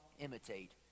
imitate